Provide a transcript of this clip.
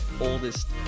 oldest